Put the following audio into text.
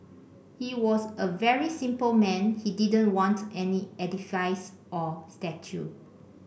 he was a very simple man he didn't want any edifice or statue